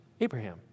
Abraham